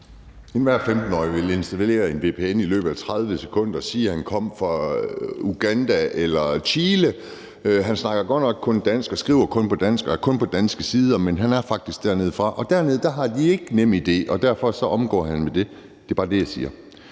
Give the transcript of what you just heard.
Enhver 15-årig ville installere en vpn i løbet af 30 sekunder og sige, at han kom fra Uganda eller Chile. Han snakker godt nok kun dansk og skriver kun på dansk og er kun på danske sider, men han er faktisk dernedefra. Og dernede har de ikke NemID, og derfor omgår han de regler. Det er bare det, jeg siger.